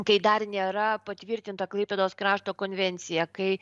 kai dar nėra patvirtinta klaipėdos krašto konvencija kai